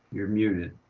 you're muted.